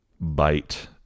bite